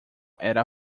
era